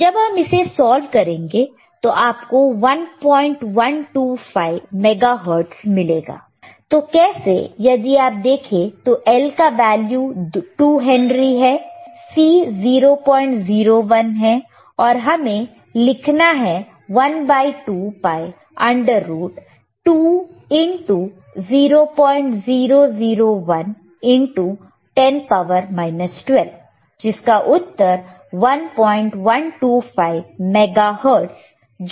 तो जब आप इसे सॉल्व करेंगे तो आप को 1125 मेगा हर्ट्ज़ मिलेगा तो कैसे यदि आप देखें तो L का वैल्यू 2 हेनरी है C 001 है और हमें लिखना है 1 by 2 pi under root of 2 into 0001 into 10 12 जिसका उत्तर 1125 मेगा हर्ट्ज़ जो कि fs है